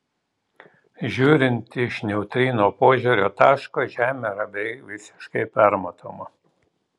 žiūrint iš neutrino požiūrio taško žemė yra beveik visiškai permatoma